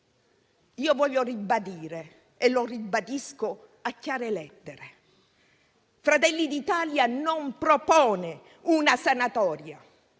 Voglio ribadire - e lo ribadisco a chiare lettere - che Fratelli d'Italia non propone una sanatoria: